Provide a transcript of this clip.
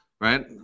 right